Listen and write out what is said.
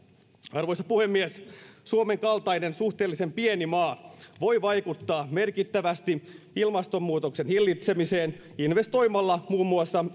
arvoisa puhemies suomen kaltainen suhteellisen pieni maa voi vaikuttaa merkittävästi ilmastonmuutoksen hillitsemiseen investoimalla muun muassa